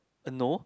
no